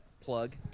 plug